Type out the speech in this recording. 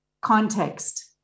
context